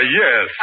yes